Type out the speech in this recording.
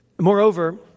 Moreover